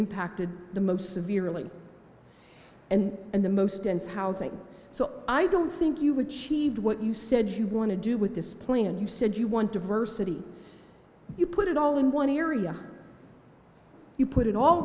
impacted the most severely and and the most dense housing so i don't think you would she'd what you said you want to do with display and you said you want diversity you put it all in one area you put it all